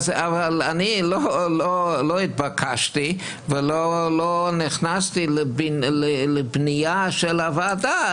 אבל אני לא התבקשתי ולא נכנסתי לבנייה של הוועדה.